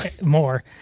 More